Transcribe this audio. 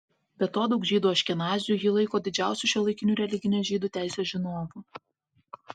be to daug žydų aškenazių jį laiko didžiausiu šiuolaikiniu religinės žydų teisės žinovu